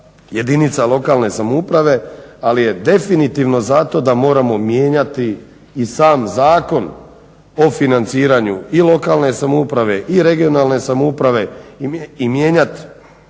jedinica lokalne samouprave. Ali je definitivno za to da moramo mijenjati i sam zakon o financiranju i lokalne samouprave i regionalne samouprave i mijenjat